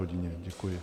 Děkuji.